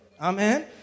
Amen